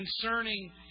Concerning